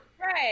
Right